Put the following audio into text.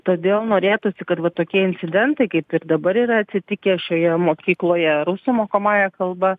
todėl norėtųsi kad vat tokie incidentai kaip ir dabar yra atsitikę šioje mokykloje rusų mokomąja kalba